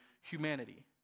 humanity